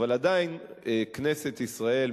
אבל עדיין כנסת ישראל,